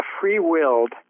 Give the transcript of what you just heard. free-willed